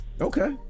Okay